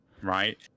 right